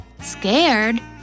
Scared